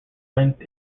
length